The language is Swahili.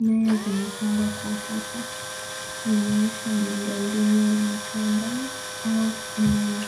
Nyaya zimepangwa kwa utata, inaonyesha miundo mbinu ya mtandao au umeme.